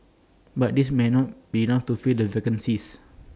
but this may not be enough to fill the vacancies